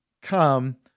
come